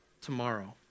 tomorrow